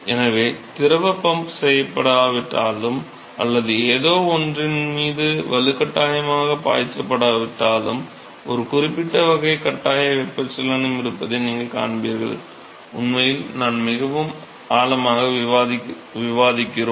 எனவே திரவம் பம்ப் செய்யப்படாவிட்டாலும் அல்லது ஏதோவொன்றின் மீது வலுக்கட்டாயமாக பாய்ச்சப்படாவிட்டாலும் ஒரு குறிப்பிட்ட வகை கட்டாய வெப்பச்சலனம் இருப்பதை நீங்கள் காண்பீர்கள் உண்மையில் நாம் மிகவும் ஆழமாக விவாதிக்கிறோம்